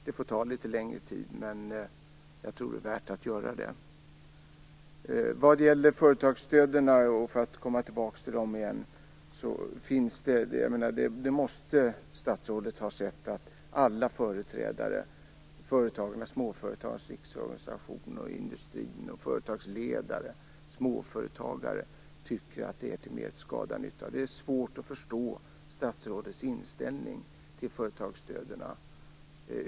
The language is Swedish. Det får ta litet längre tid, men jag tror att det är värt det. När det gäller företagsstöden måste statsrådet har erfarit att alla företrädare för Småföretagarnas riksorganisation, industrin, företagsledarna och småföretagarna tycker att de är mer till skada än till nytta. Det är svårt att förstå statsrådets inställning till företagsstöden.